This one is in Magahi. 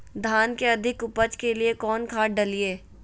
धान के अधिक उपज के लिए कौन खाद डालिय?